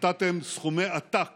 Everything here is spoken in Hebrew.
נתתם סכומי עתק